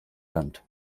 land